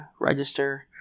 Register